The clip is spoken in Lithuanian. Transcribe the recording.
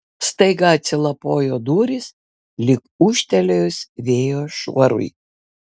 staiga atsilapojo durys lyg ūžtelėjus vėjo šuorui